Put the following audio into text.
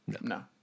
No